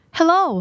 Hello